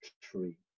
tree